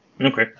Okay